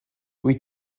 wyt